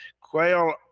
quail